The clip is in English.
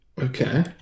okay